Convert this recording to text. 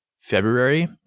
february